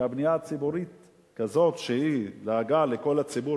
שהבנייה הציבורית היא כזאת שדואגת לציבור